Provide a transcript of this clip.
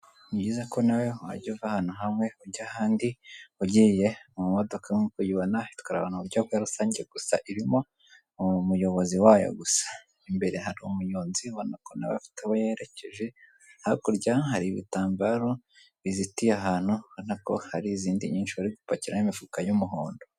Ni byiza ko nawe wajya uva ahantu hamwe ujya ahandi ugiye mu modoka, nk'uko uyibona itwara abantu mu buryo bwa rusange, gusa irimo umuyobozi wayo gusa imbere hari umunyonzi ubona ko nawe abafite aho yerekeje, hakurya hari ibitambaro bizitiye ahantu ubona ko hari izindi nyinshi bari gupakiramo imifuka y'umuhondo.